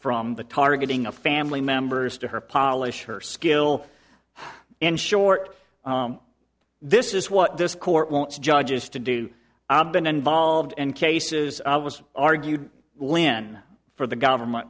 from the targeting of family members to her polish her skill in short this is what this court won't judges to do i've been involved and cases it was argued lynn for the government